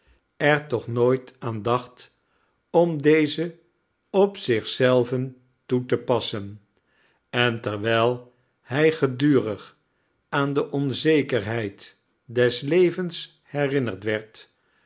er toch nooit aan dacht om deze op zich zelven toe te passen en terwijl hij gedurig aan de onzekerheid des levens herinnerd werd